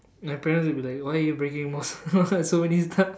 my parents will be like why you breaking more stuff so many stuff